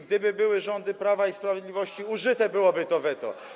Gdyby były to rządy Prawa i Sprawiedliwości, użyte byłoby to weto.